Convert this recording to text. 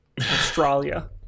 australia